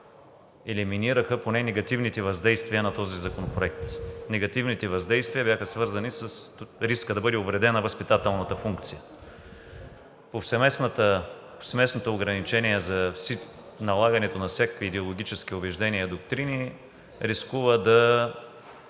елиминираха поне негативните въздействия на този законопроект. Негативните въздействия бяха свързани с риска да бъде увредена възпитателната функция. Повсеместното ограничение за налагането на всякакви идеологически убеждения и доктрини рискува да